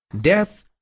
death